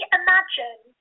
imagine